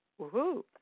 Woohoo